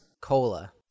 cola